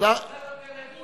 מה שאתם רוצים, הכול שלכם פה